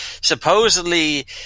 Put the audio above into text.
supposedly